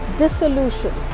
dissolution